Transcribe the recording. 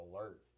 alert